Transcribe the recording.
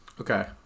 Okay